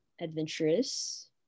adventurous